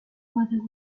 whether